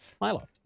Milo